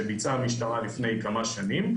שביצעה המשטרה לפני כמה שנים.